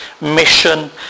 Mission